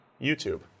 YouTube